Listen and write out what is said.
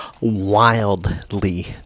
wildly